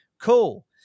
cool